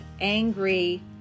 angry